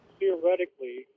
theoretically